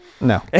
No